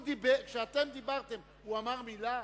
כשאתם דיברתם הוא אמר מלה?